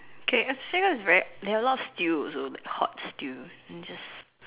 K is very there are a lot of stews also like hot stew and just